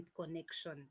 connection